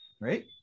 right